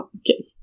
okay